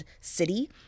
city